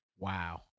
Wow